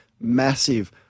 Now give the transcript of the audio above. massive